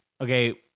Okay